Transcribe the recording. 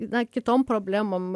na kitom problemom